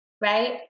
right